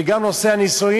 וגם את נושא הנישואים?